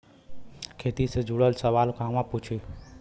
खेती से जुड़ल सवाल कहवा पूछी?